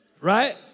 Right